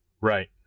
Right